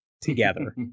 together